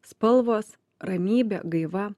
spalvos ramybė gaiva